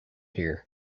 here